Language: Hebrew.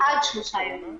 זה עד שלושה ימים.